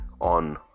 on